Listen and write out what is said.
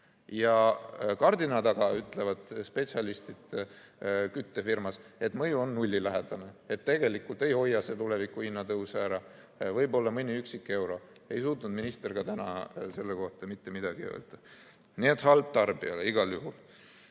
Ja kardina taga ütlevad spetsialistid küttefirmas, et mõju on nullilähedane. Et tegelikult ei hoia see tuleviku hinnatõuse ära, võib-olla mõni euro. Ja ei suutnud minister ka täna selle kohta mitte midagi öelda. Nii et halb eelnõu tarbijale igal juhul.